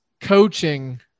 coaching –